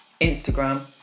Instagram